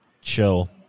chill